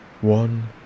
One